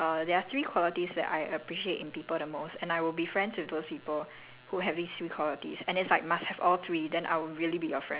okay err I don't know if I told you this before but there's something that uh there are three qualities that I appreciate in people the most and I will be friends with those people